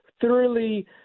thoroughly